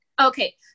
okay